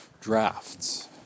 drafts